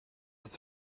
ist